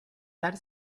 tard